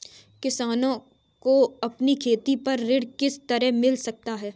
किसानों को अपनी खेती पर ऋण किस तरह मिल सकता है?